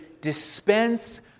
dispense